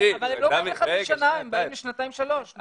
אבל הם לא באים לחצי שנה, הם באים לשנתיים שלוש.